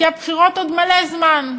כי הבחירות עוד מלא זמן,